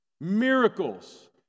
miracles